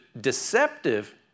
deceptive